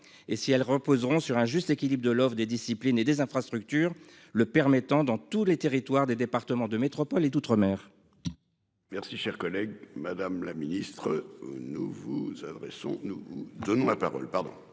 et si elles reposeront sur un juste équilibre de l'offre des disciplines et des infrastructures le permettant. Dans tous les territoires des départements de métropole et d'outre-mer. Merci cher collègue. Madame la ministre, nous vous adressons nous donnons la parole,